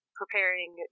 preparing